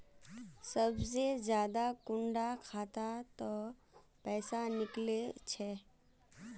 सबसे ज्यादा कुंडा खाता त पैसा निकले छे?